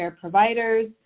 providers